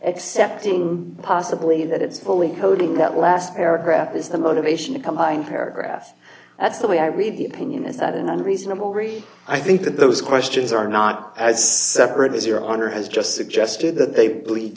accepting possibly that it's only coding that last paragraph is the motivation to combine paragraphs that's the way i read the opinion is that in a reasonable rate i think that those questions are not as separate as your honor has just suggested that they bleed